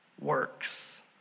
works